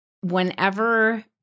whenever